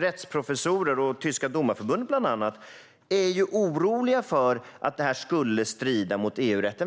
rättsprofessorer och bland annat det tyska domareförbundet är oroliga för att detta kan strida mot EU-rätten.